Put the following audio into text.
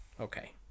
Okay